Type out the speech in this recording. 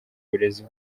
burezi